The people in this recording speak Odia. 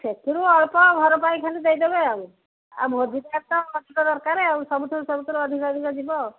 ସେଥିରୁ ଅଳ୍ପ ଘର ପାଇଁ ଖାନି ଦେଇଦବେ ଆଉ ଆଉ ଭୋଜିଟା ତ ଅଧିକ ଦରକାରେ ଆଉ ସବୁଥିରୁ ସବୁଥିରୁ ଅଧିକ ଅଧିକ ଯିବ ଆଉ